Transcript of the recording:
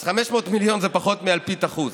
אז 500 מיליון זה פחות מאלפית האחוז.